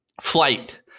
flight